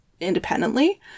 independently